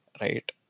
right